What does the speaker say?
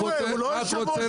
לא מתווכח על זה.